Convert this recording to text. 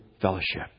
fellowship